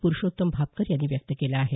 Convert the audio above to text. पुरूषोत्तम भापकर यांनी व्यक्त केलं आहे